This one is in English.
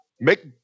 Make